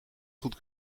goed